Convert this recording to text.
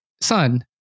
son